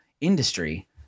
industry